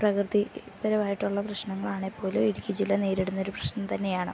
പ്രകൃതിപരമായിട്ടുള്ള പ്രശ്നങ്ങളാണെങ്കിൽ പോലും ഇടുക്കി ജില്ല നേരിടുന്ന ഒരു പ്രശ്നം തന്നെയാണ്